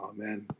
Amen